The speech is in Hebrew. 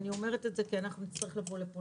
אני אומרת את זה כי אנחנו נצטרך לבוא לפה